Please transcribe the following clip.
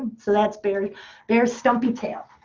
so that's bear's bear's stumpy tail.